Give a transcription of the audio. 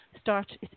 start